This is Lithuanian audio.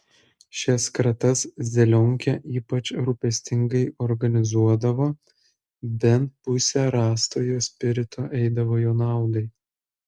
šias kratas zelionkė ypač rūpestingai organizuodavo bent pusė rastojo spirito eidavo jo naudai